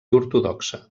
ortodoxa